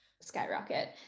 skyrocket